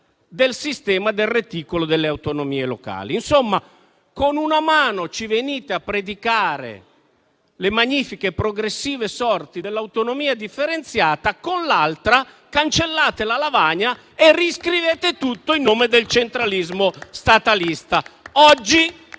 del sistema del reticolo delle autonomie locali. Insomma, con una mano ci venite a predicare le magnifiche e progressive sorti dell'autonomia differenziata, con l'altra cancellate la lavagna e riscrivete tutto in nome del centralismo statalista.